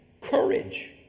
courage